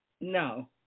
No